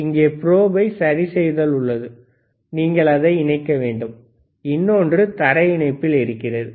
இங்கே ப்ரோபை சரிசெய்தல் உள்ளது நீங்கள் அதை இணைக்க வேண்டும் இன்னொன்று தரை இணைப்பில் இருக்கிறது